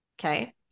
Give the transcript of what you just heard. Okay